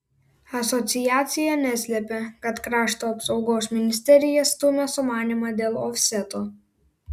asociacija neslepia kad krašto apsaugos ministerija stumia sumanymą dėl ofseto